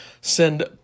Send